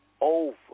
over